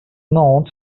note